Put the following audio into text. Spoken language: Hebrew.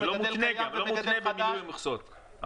יש מגדל קיים ומגדל חדש --- וזה גם לא מותנה במילוי המכסות הקיימות.